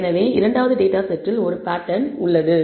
எனவே இரண்டாவது டேட்டா செட்டில் ஒரு பேட்டர்ன் உள்ளது